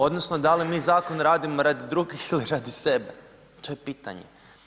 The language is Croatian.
Odnosno da li mi zakon radimo radi drugih ili radi sebe, to je pitanje.